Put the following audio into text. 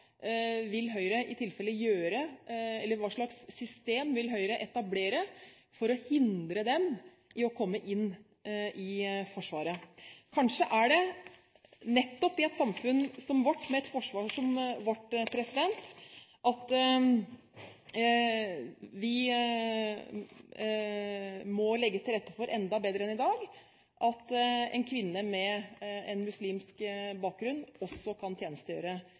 Hva slags system vil Høyre etablere for å hindre dem i å komme inn i Forsvaret? Kanskje er det nettopp i et samfunn som vårt, med et forsvar som vårt, at vi må legge til rette for, enda bedre enn i dag, at en kvinne med en muslimsk bakgrunn også kan tjenestegjøre